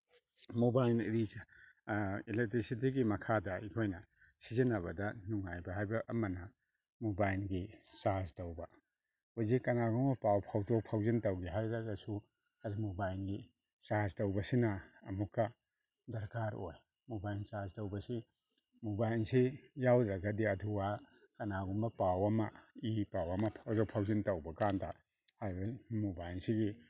mobile electricity ꯃꯈꯥꯗ ꯑꯩꯈꯣꯏꯅ ꯁꯤꯖꯤꯟꯅꯕꯗ ꯅꯨꯡꯉꯥꯏꯕ ꯍꯥꯏꯕ ꯑꯃꯅ ꯃꯣꯕꯥꯏꯜꯒꯤ ꯆꯥꯔꯖ ꯇꯧꯕ ꯍꯧꯖꯤꯛ ꯀꯅꯥꯒꯨꯝꯕꯃ ꯄꯥꯎ ꯐꯥꯎꯗꯣꯛ ꯐꯥꯎꯖꯤꯟ ꯇꯧꯒꯦ ꯍꯥꯏꯔꯒꯁꯨ ꯑꯩ ꯃꯣꯕꯥꯏꯜꯒꯤ ꯆꯥꯔꯖ ꯇꯧꯕꯁꯤꯅ ꯑꯃꯨꯛꯀ ꯗꯔꯀꯥꯔ ꯑꯣꯏ ꯃꯣꯕꯥꯏꯜ ꯆꯥꯔꯖ ꯇꯧꯕꯁꯤ ꯃꯣꯕꯥꯏꯜꯁꯤ ꯌꯥꯎꯗ꯭ꯔꯒꯗꯤ ꯑꯊꯨ ꯑꯍꯥ ꯀꯅꯥꯒꯨꯝꯕ ꯄꯥꯎ ꯑꯃ ꯏ ꯄꯥꯎ ꯑꯃ ꯐꯥꯎꯗꯣꯛ ꯐꯥꯎꯖꯤꯟ ꯇꯧꯕꯀꯥꯟꯗ ꯍꯥꯏꯔꯤꯕ ꯃꯣꯕꯥꯏꯜꯁꯤꯒꯤ